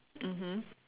mmhmm